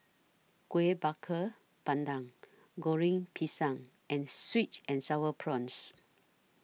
Kueh Bakar Pandan Goreng Pisang and Sweet and Sour Prawns